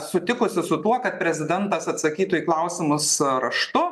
sutikusi su tuo kad prezidentas atsakytų į klausimus raštu